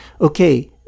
okay